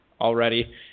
already